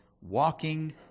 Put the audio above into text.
walking